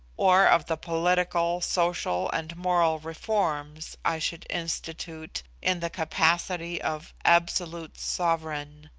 or of the political, social, and moral reforms i should institute in the capacity of absolute sovereign.